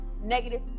negative